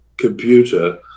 computer